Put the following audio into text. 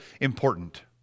important